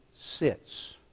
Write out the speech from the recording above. sits